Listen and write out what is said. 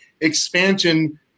expansion